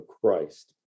Christ